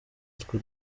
utwo